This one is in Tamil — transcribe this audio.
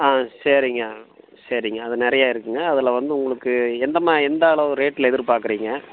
ஆ சரிங்க சரிங்க அது நிறையா இருக்குங்க அதில் வந்து உங்களுக்கு எந்த மா எந்த அளவு ரேட்டில் எதிர்பார்க்கறீங்க